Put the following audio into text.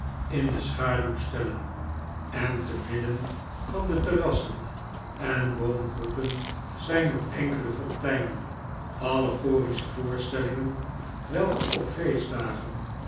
in de schaduw stellen en te midden van de terrassen en boomgroepen zijn nog enkele fonteinen allegorische voorstellingen welke op feestdagen